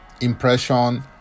impression